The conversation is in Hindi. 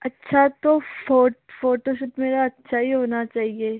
अच्छा तो फोटो फोटोशूट मेरा अच्छा ही होना चाहिए